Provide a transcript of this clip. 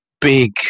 big